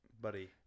Buddy